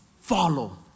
follow